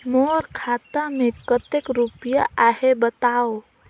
मोर खाता मे कतेक रुपिया आहे बताव?